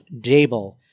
Dable